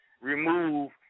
remove